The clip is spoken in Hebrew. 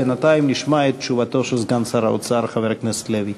בינתיים נשמע את תשובתו של סגן שר האוצר חבר הכנסת לוי.